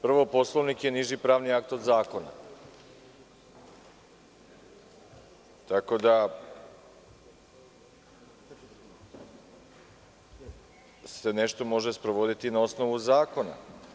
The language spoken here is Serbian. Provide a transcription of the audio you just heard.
Prvo, Poslovnik je niži pravni akt od zakona, tako da se nešto može sprovoditi i na osnovu zakona.